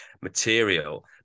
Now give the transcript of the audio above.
material